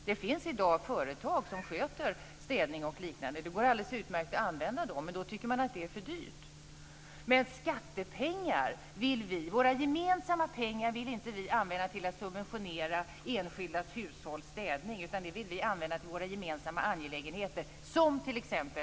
Det finns i dag företag som sköter städning och liknande. Det går alldeles utmärkt att använda dem, men då tycker man att det är för dyrt. Men våra gemensamma pengar vill inte vi använda till att subventionera enskilda hushålls städning, utan de vill vi använda till våra gemensamma angelägenheter, t.ex.